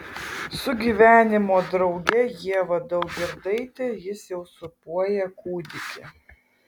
su gyvenimo drauge ieva daugirdaite jis jau sūpuoja kūdikį